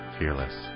fearless